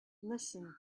listen